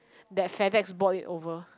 that Fedex bought it over